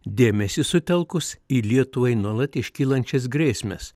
dėmesį sutelkus į lietuvai nuolat iškylančias grėsmes